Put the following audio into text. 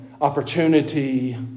opportunity